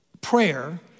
prayer